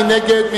מי נגד?